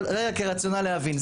אבל זה כרציונל, להבין.